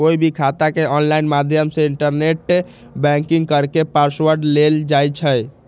कोई भी खाता के ऑनलाइन माध्यम से इन्टरनेट बैंकिंग करके पासवर्ड लेल जाई छई